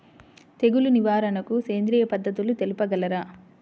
తెగులు నివారణకు సేంద్రియ పద్ధతులు తెలుపగలరు?